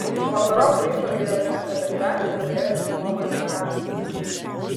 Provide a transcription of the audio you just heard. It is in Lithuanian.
vakarop grįžo į atkampią gatvelę kurioje išsinuomojo garažą